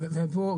ופה,